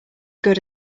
good